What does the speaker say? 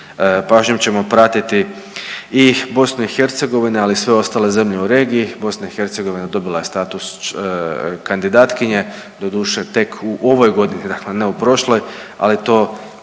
pažnjom ćemo pratiti i BiH, ali i sve ostale zemlje u regiji. BiH dobila je status kandidatkinje. Doduše tek u ovoj godini, dakle ne u prošloj, ali to